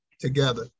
together